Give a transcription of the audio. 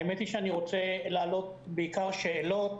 האמת היא שאני רוצה להעלות בעיקר שאלות